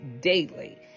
daily